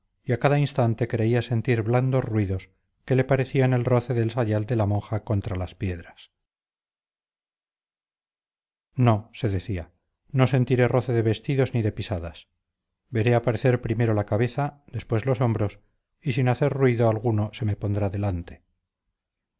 y a cada instante creía sentir blandos ruidos que le parecían el roce del sayal de la monja contra las piedras no se decía no sentiré roce de vestidos ni de pisadas veré aparecer primero la cabeza después los hombros y sin hacer ruido alguno se me pondrá delante